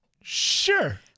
Sure